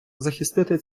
захистити